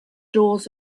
doors